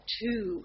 two